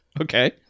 Okay